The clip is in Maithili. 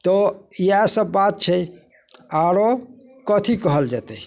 तो इएह सभ बात छै आरो कथी कहल जेतै